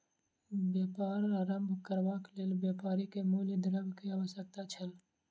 व्यापार आरम्भ करबाक लेल व्यापारी के मूल द्रव्य के आवश्यकता छल